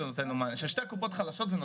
כמו שני קרואסון וקפה.